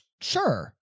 sure